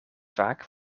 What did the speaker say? vaak